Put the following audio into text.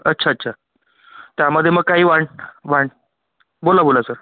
अच्छा अच्छा त्यामध्ये मग काही वाढ वाढ बोला बोला सर